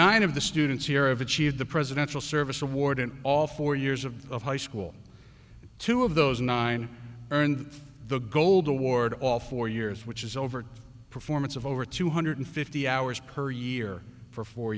nine of the students here i've achieved the presidential service award in all four years of high school two of those nine earned the gold award all four years which is over performance of over two hundred fifty hours per year for four